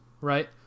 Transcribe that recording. right